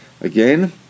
again